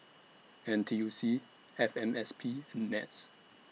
N T U C F M S P and Nets